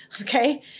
Okay